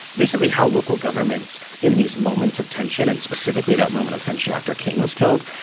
basically, how local governments in these moments of tension, and specifically that moment of tension after king was killed,